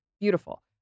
beautiful